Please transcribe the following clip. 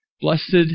blessed